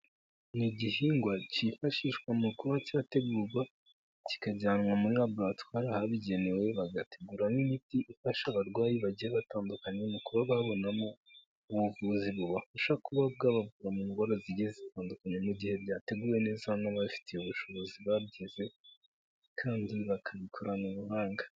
Ni igihingwa cyifashishwa mu kuba cyategurwa kikajyanwa muri laboratwari ahabigenewe bagategura n'imiti ifasha abarwayi bagiye batandukanye mu kuba babonamo ubuvuzi bubafasha kuba bwabavura mu ndwara zigiye zitandukanye mu gihe byateguwe neza n'ababifitiye ubushobozi babyize kandi bakabikorana ubuhanga.